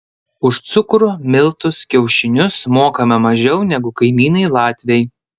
už cukrų miltus kiaušinius mokame mažiau negu kaimynai latviai